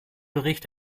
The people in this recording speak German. bericht